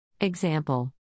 Example